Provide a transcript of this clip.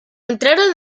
entraron